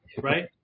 Right